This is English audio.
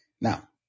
Now